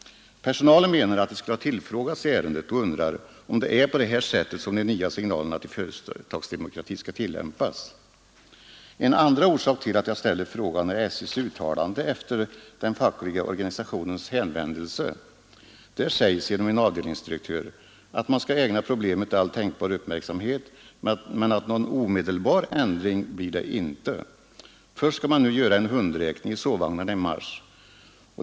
Personalen menar att den skulle ha tillfrågats i ärendet och undrar om det är på det här sättet som företagsdemokratin skall tillämpas. En andra orsak till att jag ställer frågan är SJ:s uttalande efter den fackliga organisationens hänvändelse. SJ säger, genom en avdelningsdirektör, att man skall ägna problemet all uppmärksamhet men att det inte blir någon omedelbar ändring. Först skall man göra en hundräkning i sovvagnarna nu i mars.